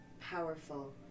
powerful